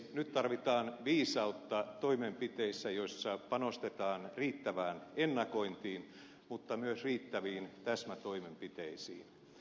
nyt tarvitaan viisautta toimenpiteissä joissa panostetaan riittävään ennakointiin mutta myös riittäviin täsmätoimenpiteisiin